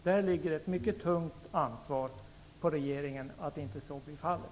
Det ligger ett mycket tungt ansvar på regeringen att så inte blir fallet.